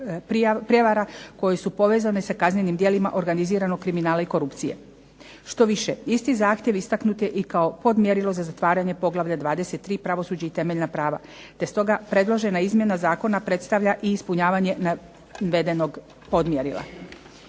prijava koje su povezane sa kaznenim djelima organiziranog kriminala i korupcije, što više isti zahtjev istaknut je kao podmjerilo za zatvaranje poglavlja 23 – Pravosuđe i temeljna prava, te stoga predložena izmjena zakona predstavlja ispunjenje navedenog podmjerila.